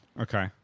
Okay